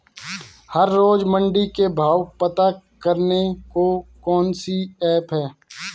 हर रोज़ मंडी के भाव पता करने को कौन सी ऐप है?